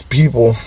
people